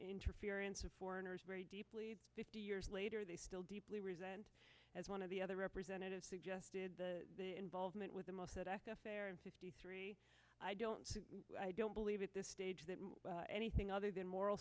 interference of foreigners very deeply fifty years later they still deeply resent as one of the other representatives suggested the involvement with the mossad i am fifty three i don't i don't at this stage anything other than moral